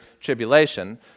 tribulation